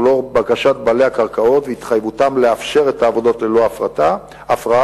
ולאור בקשת בעלי הקרקעות והתחייבותם לאפשר את העבודות ללא הפרעה,